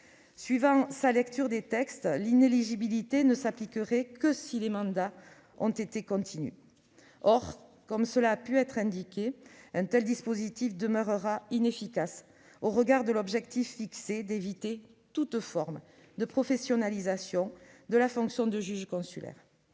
Suivant sa lecture des textes, l'inéligibilité ne s'appliquerait que si les mandats ont été continus. Or, comme l'ont rappelé les précédents orateurs, un tel dispositif demeurera inefficace au regard de l'objectif fixé d'éviter toute forme de professionnalisation de la fonction de juge consulaire.